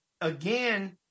again